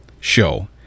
show